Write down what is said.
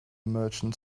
merchant